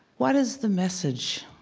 what is the message?